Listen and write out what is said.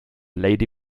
lady